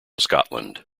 scotland